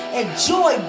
enjoy